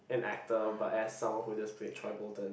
an actor but as someone who just played troy bolton